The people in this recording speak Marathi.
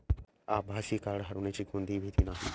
आभासी कार्ड हरवण्याची कोणतीही भीती नाही